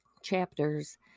chapters